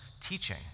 teaching